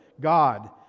God